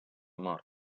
mort